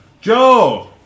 Joe